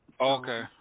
Okay